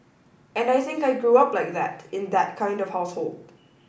and I think I grew up like that in that kind of household